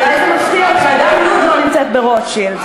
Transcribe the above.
אולי זה מפתיע אותך, גם לוד לא נמצאת ברוטשילד.